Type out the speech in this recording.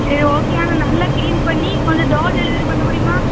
சரி ஓகே ஆனால் நல்லா கிளீன் பண்ணி கொஞ்சம் டோர் டெலிவரி பண்ண முடியுமா